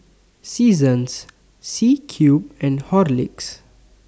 Seasons C Cube and Horlicks